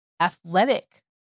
athletic